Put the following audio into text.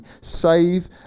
save